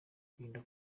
ukirinda